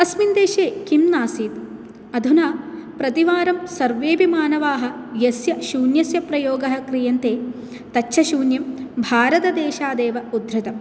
अस्मिन् देशे किं नासीत् अधुना प्रतिवारं सर्वेपि मानवाः यस्य शून्यस्य प्रयोगः क्रियन्ते तत् च शून्यं भारतदेशात् एव उधृतं